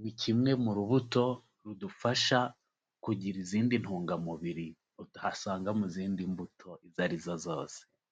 ni kimwe mu rubuto rudufasha kugira izindi ntungamubiri utasanga mu zindi mbuto izo ari zo zose.